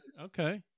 Okay